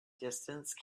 distance